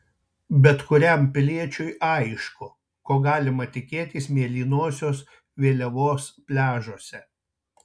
bet kuriam piliečiui aišku ko galima tikėtis mėlynosios vėliavos pliažuose